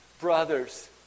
brothers